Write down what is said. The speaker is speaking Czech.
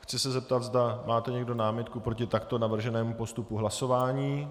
Chci se zeptat, zda máte někdo námitku proti takto navrženému postupu hlasování.